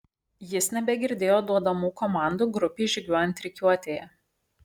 jis nebegirdėjo duodamų komandų grupei žygiuojant rikiuotėje